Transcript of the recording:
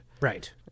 Right